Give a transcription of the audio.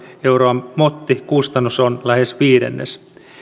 euroa motti kustannus on lähes viidennes